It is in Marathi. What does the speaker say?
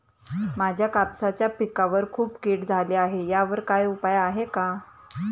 माझ्या कापसाच्या पिकावर खूप कीड झाली आहे यावर काय उपाय आहे का?